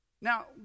Now